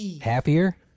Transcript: happier